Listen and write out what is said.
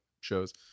shows